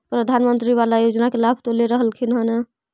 प्रधानमंत्री बाला योजना के लाभ तो ले रहल्खिन ह न?